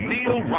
Neil